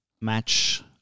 match